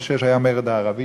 גברתי המזכירה,